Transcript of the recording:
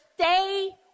stay